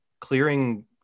clearing